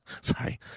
Sorry